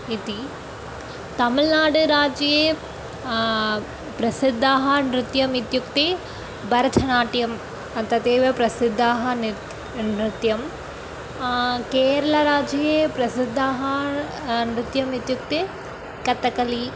इति तमिल्नाडुराज्ये प्रसिद्धाः नृत्यम् इत्युक्ते भरतनाट्यम् तदतेव प्रसिद्धाः तत् नृत्यं केरलराज्ये प्रसिद्धाः नृत्यम् इत्युक्ते कथकली